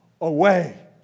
away